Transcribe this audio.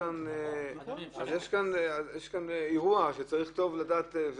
יש כאן אירוע שצריך לדעת טוב.